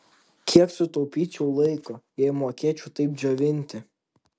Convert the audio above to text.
kiek sutaupyčiau laiko jei mokėčiau taip džiovinti